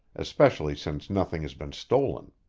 especially since nothing has been stolen.